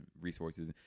resources